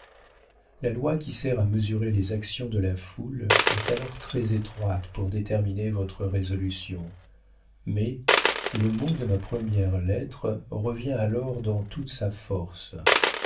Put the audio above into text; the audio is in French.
la loi qui sert à mesurer les actions de la foule est alors très étroite pour déterminer votre résolution mais le mot de ma première lettre revient alors dans toute sa force